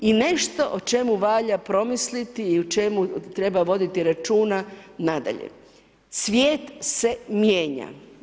I nešto o čemu valja promisliti i o čemu treba voditi računa nadalje, svijet se mijenja.